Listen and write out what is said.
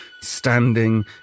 standing